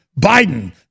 Biden